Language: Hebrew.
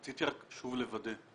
רציתי שוב לוודא,